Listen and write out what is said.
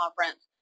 conference